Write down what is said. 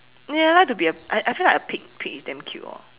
ya I like to be a I I feel like a pig pig is damn cute orh